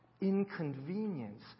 inconvenience